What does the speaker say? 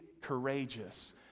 courageous